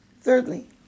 Thirdly